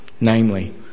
namely